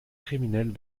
criminels